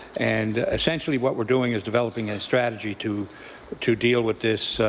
and essentially what we're doing is developing a strategy to to deal with this